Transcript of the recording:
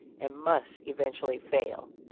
and must eventually fail.